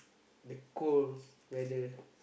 the cold weather